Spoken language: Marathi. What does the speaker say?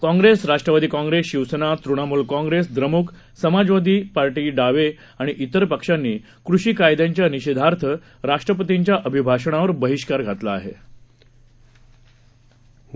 काँग्रेस राष्ट्रवादी काँग्रेस शिवसेना तृणमूल काँग्रेस द्रमुक समाजवादी पार्टी डावे आणि त्विर पक्षांनी कृषी कायद्यांच्या निषेधार्थ राष्ट्रपतींच्या अभिभाषणावर बहिष्कार घातला होता